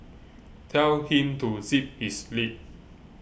tell him to zip his lip